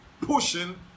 pushing